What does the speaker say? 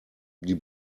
die